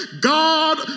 God